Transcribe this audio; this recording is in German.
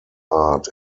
art